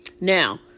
Now